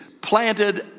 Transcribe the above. planted